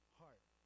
heart